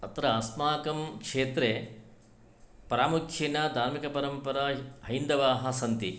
अत्र अस्माकं क्षेत्रे प्रामुच्छिन धार्मिकपरम्परा हैन्दवाः सन्ति